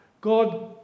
God